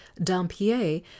Dampier